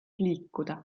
liikuda